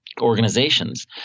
organizations